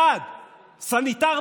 בשביל זה אמרתם שאתם נכנסים מתחת